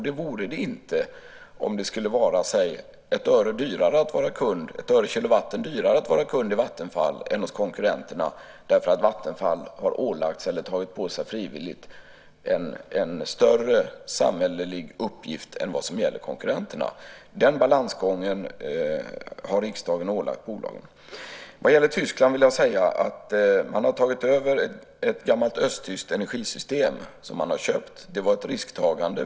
Det vore det inte om det skulle vara 1 öre dyrare per kilowatt att vara kund hos Vattenfall än hos konkurrenterna för att Vattenfall har ålagts eller tagit på sig frivilligt en större samhällelig uppgift än vad som gäller konkurrenterna. Den balansgången har riksdagen ålagt bolaget. I Tyskland har man tagit över ett gammalt östtyskt energisystem som man har köpt. Det var ett risktagande.